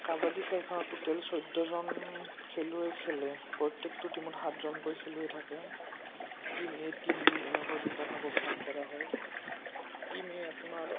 কাবাডী খেলখনত টোটেল চৈধ্যজন খেলুৱৈ খেলে প্ৰত্যেকটো টিমত সাতজনকৈ খেলুৱৈ থাকে টিম এ টিম বি এনেকৈ দুটা ভাগত ভাগ কৰা হয় টিম এ আপোনাৰ